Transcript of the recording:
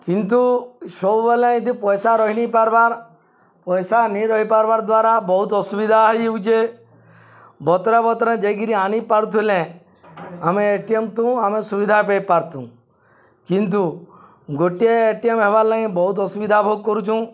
କିନ୍ତୁ ସବୁବେଳେ ଏ ଦୁଇ ପଇସା ରହିନି ପାର୍ବାର୍ ପଇସା ନେଇ ରହିପାର୍ବାର୍ ଦ୍ୱାରା ବହୁତ ଅସୁବିଧା ହେଇଯାଉଛେ ବତ୍ର ବତ୍ର ଯାଇକିରି ଆନି ପାରୁଥିଲେ ଆମେ ଏ ଟି ଏମ୍ ତୁ ଆମେ ସୁବିଧା ପାଇ ପାର୍ର୍ଥୁଁ କିନ୍ତୁ ଗୋଟିଏ ଏ ଟି ଏମ୍ ହେବାର୍ ଲାଗି ବହୁତ ଅସୁବିଧା ଭୋଗ କରୁଛୁଁ